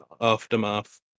aftermath